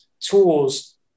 tools